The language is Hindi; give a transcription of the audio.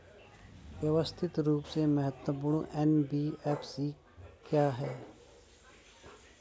व्यवस्थित रूप से महत्वपूर्ण एन.बी.एफ.सी क्या हैं?